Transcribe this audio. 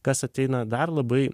kas ateina dar labai